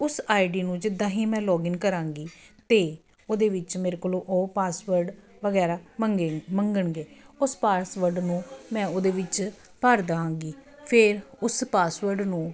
ਉਸ ਆਈਡੀ ਨੂੰ ਜਿੱਦਾਂ ਹੀ ਮੈਂ ਲੋਗਿਨ ਕਰਾਂਗੀ ਤਾਂ ਉਹਦੇ ਵਿੱਚ ਮੇਰੇ ਕੋਲ ਉਹ ਪਾਸਵਰਡ ਵਗੈਰਾ ਮੰਗੇਗੀ ਮੰਗਣਗੇ ਉਸ ਪਾਸਵਰਡ ਨੂੰ ਮੈਂ ਉਹਦੇ ਵਿੱਚ ਭਰ ਦਵਾਂਗੀ ਫਿਰ ਉਸ ਪਾਸਵਰਡ ਨੂੰ